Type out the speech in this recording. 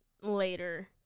Later